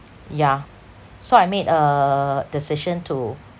yeah so I made a decision to